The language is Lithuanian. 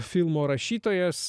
filmo rašytojas